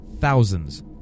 thousands